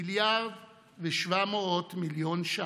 מיליארד ו-700 מיליון ש"ח.